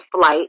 flight